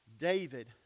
David